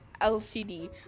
LCD